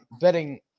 betting